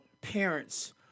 parents